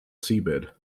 seabed